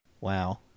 Wow